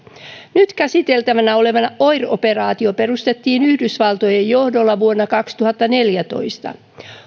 nyt käsiteltävänä oleva oir operaatio perustettiin yhdysvaltojen johdolla vuonna kaksituhattaneljätoista